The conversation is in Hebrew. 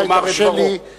ויאמר את דברו.